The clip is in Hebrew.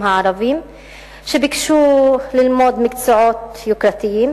הערבים שביקשו ללמוד מקצועות יוקרתיים,